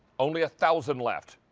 only a thousand left.